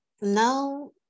no